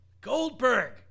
Goldberg